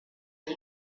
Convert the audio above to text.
and